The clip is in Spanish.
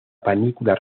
panícula